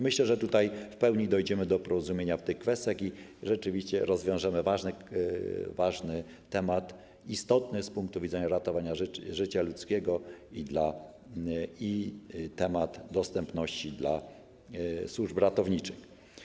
Myślę, że w pełni dojdziemy do porozumienia w tych kwestiach i rzeczywiście rozwiążemy ważny temat, istotny z punktu widzenia ratowania życia ludzkiego, temat dostępności dla służb ratowniczych.